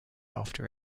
after